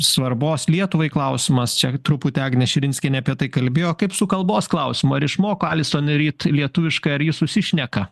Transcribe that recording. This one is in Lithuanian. svarbos lietuvai klausimas čia truputį agnė širinskienė apie tai kalbėjo kaip su kalbos klausimu ar išmoko alison ryt lietuviškai ar ji susišneka